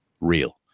real